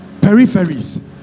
peripheries